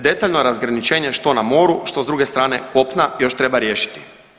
Detaljno razgraničenje, što na moru, što s druge strane kopna još treba riješiti.